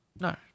No